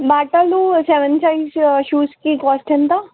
బాటాలో seven size షూస్కి cost ఎంత